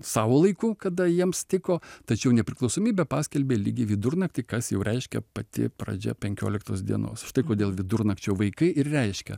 savo laiku kada jiems tiko tačiau nepriklausomybę paskelbė lygiai vidurnaktį kas jau reiškia pati pradžia penkioliktos dienos štai kodėl vidurnakčio vaikai ir reiškia